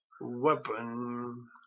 weapon